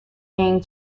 being